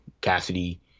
Cassidy